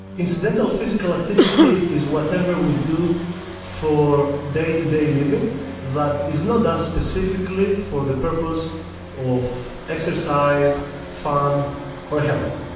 incidental physical activity is whatever we do for day-to-day living that is not done specifically for the purpose of exercise, fun or health.